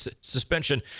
suspension